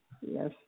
Yes